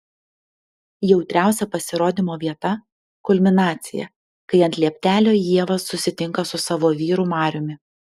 jautriausia pasirodymo vieta kulminacija kai ant lieptelio ieva susitinka su savo vyru mariumi